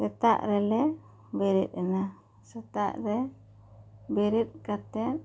ᱥᱮᱛᱟᱜ ᱨᱮᱞᱮ ᱵᱮᱨᱮᱫ ᱮᱱᱟ ᱥᱮᱛᱟᱜ ᱨᱮ ᱵᱮᱨᱮᱫ ᱠᱟᱛᱮᱫ